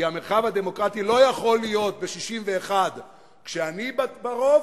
כי המרחב הדמוקרטי לא יכול להיות ב-61 כשאני ברוב,